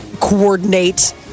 coordinate